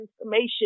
information